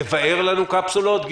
תבאר לנו מה זה קפסולות.